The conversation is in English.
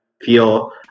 feel